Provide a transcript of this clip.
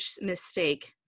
mistake